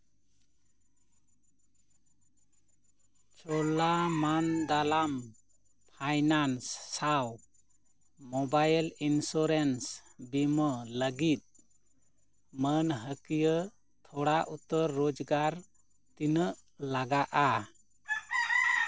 Cholamandalam finance ᱥᱟᱶ mobile insurance ᱵᱤᱢᱟ ᱞᱟᱹᱜᱤᱫ ᱢᱟ ᱱ ᱦᱟᱹᱠᱤᱭᱟᱹ ᱛᱷᱚᱲᱟ ᱩᱛᱟᱹᱨ ᱨᱳᱡᱽᱜᱟᱨ ᱛᱤᱱᱟᱹᱜ ᱞᱟᱜᱟᱜᱼᱟ